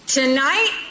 tonight